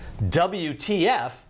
WTF